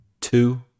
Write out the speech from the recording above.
two